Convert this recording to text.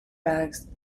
bags